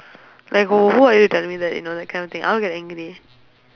like who who are you telling me that you know that kind of thing I'll get angry